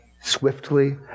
swiftly